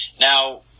Now